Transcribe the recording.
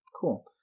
Cool